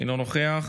אינו נוכח,